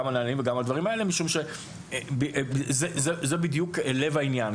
על הדברים האלה משום שזה בדיוק לב העניין,